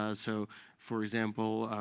ah so for example,